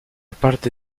parte